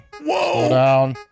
Whoa